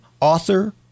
author